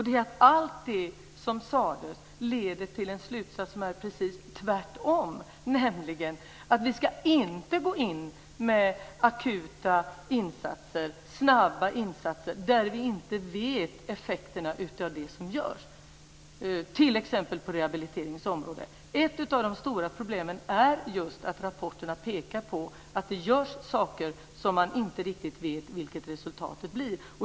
Det är att allt det som sades leder till en slutsats som är precis tvärtom, nämligen att vi inte ska gå in med akuta och snabba insatser där vi inte vet effekterna av det som görs. Det gäller t.ex. på rehabiliteringens område. Ett av de stora problemen är just att rapporterna pekar på att det görs saker där man inte riktigt vet vad resultatet blir.